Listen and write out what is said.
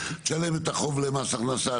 תשלם את החוב למס הכנסה,